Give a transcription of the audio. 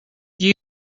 you